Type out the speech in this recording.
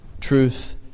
truth